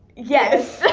yes.